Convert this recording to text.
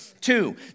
Two